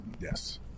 Yes